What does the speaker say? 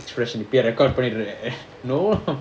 record பண்ணிடுவீயே:panniduviye